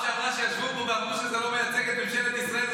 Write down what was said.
בפעם שעברה ישבו פה ואמרו שזה לא מייצג את ממשלת ישראל,